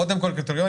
קודם כל קריטריונים,